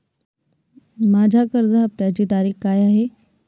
माझ्या कर्ज हफ्त्याची तारीख काय आहे?